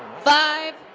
five,